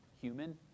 human